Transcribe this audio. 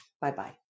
Bye-bye